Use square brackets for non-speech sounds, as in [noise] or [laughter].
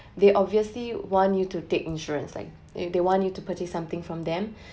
[breath] they obviously want you to take insurance like they they want you to purchase something from them [breath]